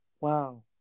wow